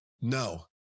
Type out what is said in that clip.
no